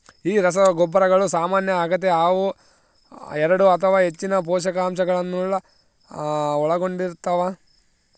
ಈ ರಸಗೊಬ್ಬರಗಳು ಸಾಮಾನ್ಯ ಆಗತೆ ಅವು ಎರಡು ಅಥವಾ ಹೆಚ್ಚಿನ ಪೋಷಕಾಂಶಗುಳ್ನ ಒಳಗೊಂಡಿರ್ತವ